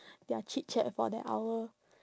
their chitchat for that hour